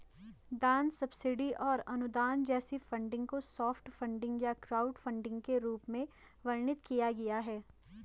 दान सब्सिडी और अनुदान जैसे फंडिंग को सॉफ्ट फंडिंग या क्राउडफंडिंग के रूप में वर्णित किया गया है